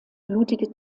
blutige